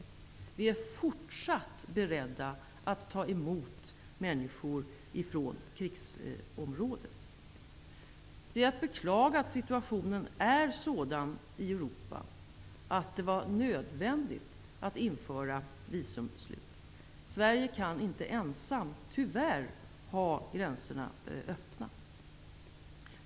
Vi i Sverige är fortsatt beredda att ta emot människor från krigsområdet. Det är att beklaga att situationen är sådan i Europa att det var nödvändigt att införa visumbeslutet. Sverige kan inte ensamt, tyvärr, hålla gränserna öppna.